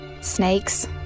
Snakes